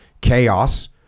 chaos